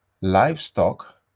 livestock